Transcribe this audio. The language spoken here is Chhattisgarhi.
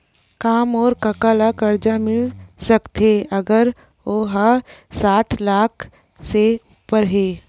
का मोर कका ला कर्जा मिल सकथे अगर ओ हा साठ साल से उपर हे?